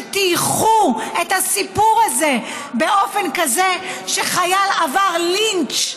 שטייחו את הסיפור הזה באופן כזה שחייל עבר לינץ'